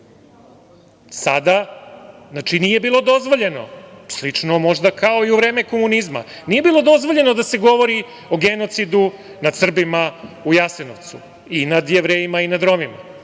se pričalo, nije bilo dozvoljeno, slično možda kao i u vreme komunizma. Nije bilo dozvoljeno da se govori o genocidu nad Srbima u Jasenovcu i nad Jevrejima i nad Romima,